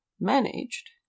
managed